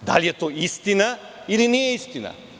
Da li je to istina, ili nije istina?